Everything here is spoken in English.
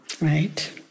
right